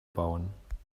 bauen